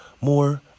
More